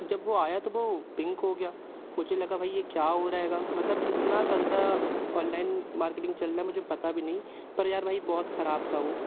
जब वो आया तो वो पिंक हो गया मुझे लगा भई ये क्या हो रहा हैगा मतलब इतना गंदा ऑनलाइन मार्केटिंग चल रहा है मुझे पता भी नहीं पर यार भाई बहुत खराब था वो